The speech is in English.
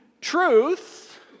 truth